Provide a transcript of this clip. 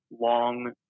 long